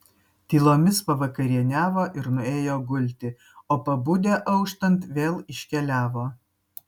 tylomis pavakarieniavo ir nuėjo gulti o pabudę auštant vėl iškeliavo